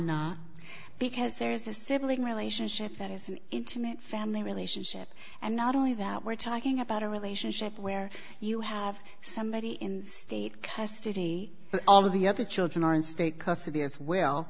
not because there's a sibling relationship that is an intimate family relationship and not only that we're talking about a relationship where you have somebody in state custody all of the other children are in state custody as well